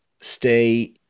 stay